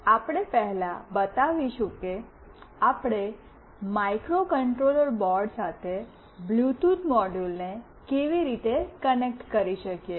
આપણે પહેલા બતાવીશું કે આપણે માઇક્રોકન્ટ્રોલર બોર્ડ સાથે બ્લૂટૂથ મોડ્યુલને કેવી રીતે કનેક્ટ કરી શકીએ